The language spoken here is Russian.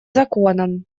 законом